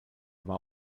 war